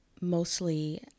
mostly